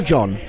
John